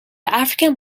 african